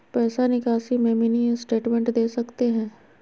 पैसा निकासी में मिनी स्टेटमेंट दे सकते हैं?